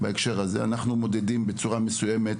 אנחנו מודדים בצורה מסוימת